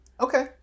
Okay